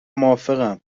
موافقم